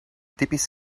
typisch